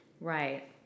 Right